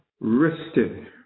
rested